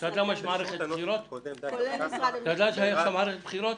כולל משרד המשפטים.